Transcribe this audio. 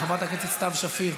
חברת הכנסת סתיו שפיר,